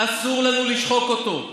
אסור לנו לשחוק אותו.